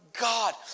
God